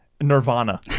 nirvana